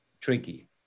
tricky